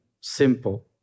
simple